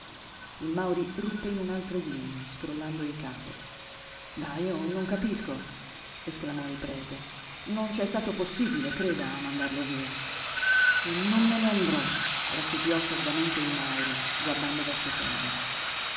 il mauri ruppe in un altro ghigno scrollando il capo vah io non capisco esclamò il prete non c'è stato possibile creda mandarlo via e non me ne andrò raffibbiò sordamente il mauri guardando verso terra